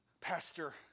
Pastor